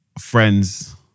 friends